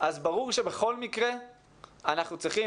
אז ברור שבכל מקרה אנחנו צריכים,